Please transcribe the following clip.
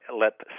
let